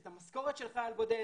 את המשכורת של חייל בודד,